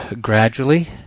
gradually